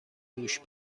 دوش